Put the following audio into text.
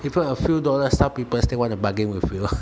even a few dollar stuff people also want to bargain with you